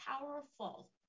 powerful